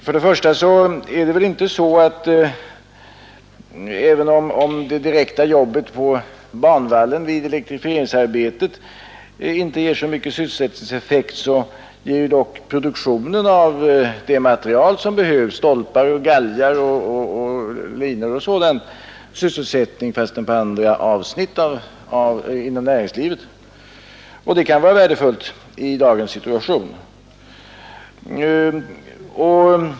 Först och främst är det väl så att även om det direkta jobbet på banvallen vid elektrifieringsarbetet inte ger så stor sysselsättningseffekt, så ger dock produktionen av det material som behövs, stolpar, galgar, linor och sådant, sysselsättning fastän inom andra avsnitt av näringslivet. Det kan vara värdefullt i dagens situation.